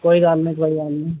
कोई गल्ल निं कोई गल्ल निं